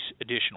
additional